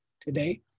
today